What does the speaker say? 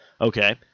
Okay